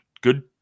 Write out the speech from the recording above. Good